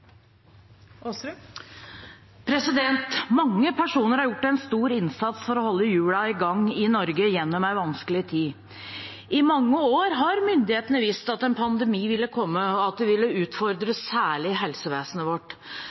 er. Mange personer har gjort en stor innsats for å holde hjulene i gang i Norge gjennom en vanskelig tid. I mange år har myndighetene visst at en pandemi ville komme, og at det ville utfordre særlig helsevesenet vårt,